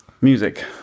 Music